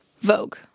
Vogue